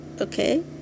okay